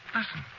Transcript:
Listen